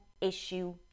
issue